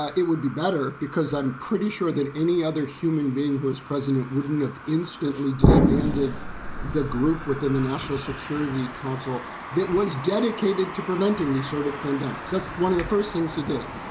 it would be better, because i'm pretty sure than any other human being who is president wouldn't have instantly disbanded the group within the national security council that was dedicated to preventing these sort of pandemics. that's one of the first things he did.